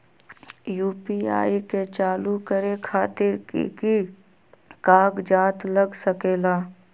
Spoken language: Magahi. यू.पी.आई के चालु करे खातीर कि की कागज़ात लग सकेला?